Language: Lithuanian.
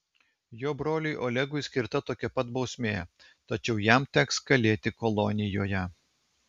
jo broliui olegui skirta tokia pat bausmė tačiau jam teks kalėti kolonijoje